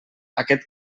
aquest